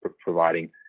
providing